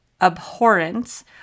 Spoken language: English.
abhorrence